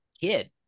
kid